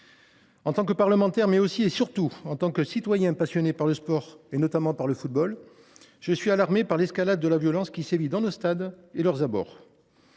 En tant que parlementaire, mais aussi et surtout en tant que citoyen passionné par le sport, notamment par le football, je m’alarme de l’escalade de la violence qui sévit dans nos stades et à leurs abords.